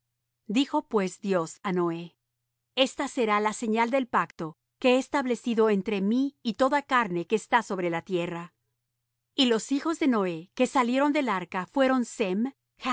dijo pues dios á noé esta será la señal del pacto que he establecido entre mí y toda carne que está sobre la tierra y los hijos de noé que salieron del arca fueron sem